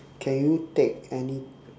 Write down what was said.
can you take any